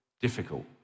difficult